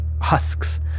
husks